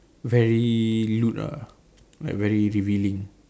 very lewd ah like very revealing